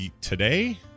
today